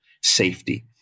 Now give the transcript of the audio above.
safety